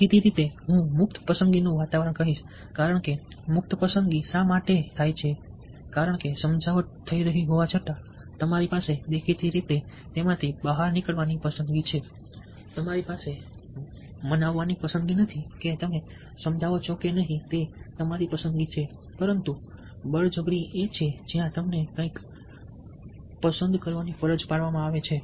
દેખીતી રીતે હું મુક્ત પસંદગીનું વાતાવરણ કહીશ કારણ કે મુક્ત પસંદગી શા માટે કારણ કે સમજાવટ થઈ રહી હોવા છતાં તમારી પાસે દેખીતી રીતે તેમાંથી બહાર નીકળવાની પસંદગી છે તમારી પાસે મનાવવાની પસંદગી નથી કે તમે સમજાવો છો કે નહીં તે તમારી પસંદગી છે પરંતુ બળજબરી એછે જ્યાં તમને કંઈક પસંદ કરવાની ફરજ પાડવામાં આવે છે